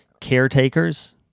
caretakers